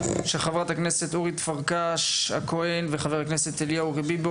של חברת הכנסת אורית פרקש הכהן וחבר הכנסת אליהו רביבו